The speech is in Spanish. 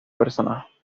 personajes